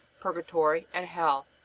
purgatory, and hell.